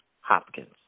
Hopkins